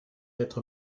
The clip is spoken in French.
être